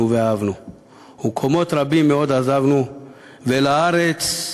ואהבנו / ומקומות רבים מאוד עזבנו / ואל הארץ,